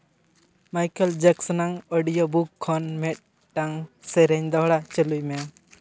Michael ᱡᱮᱠᱥᱮᱱᱟᱜ audio book ᱠᱷᱚᱱ ᱢᱤᱫᱴᱟᱝ ᱥᱮᱨᱮᱧ ᱫᱚᱦᱲᱟ ᱪᱟᱹᱞᱩᱭ ᱢᱮ